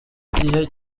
gihe